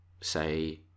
say